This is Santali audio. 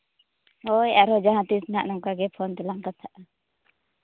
ᱦᱳᱭ ᱟᱨᱦᱚᱸ ᱡᱟᱦᱟᱸᱛᱤᱥ ᱜᱮ ᱱᱟᱦᱟᱜ ᱱᱚᱝᱠᱟ ᱜᱮ ᱯᱷᱳᱱ ᱛᱮᱞᱟᱝ ᱠᱟᱛᱷᱟᱜᱼᱟ